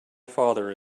father